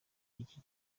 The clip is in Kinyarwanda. iki